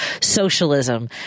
socialism